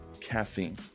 caffeine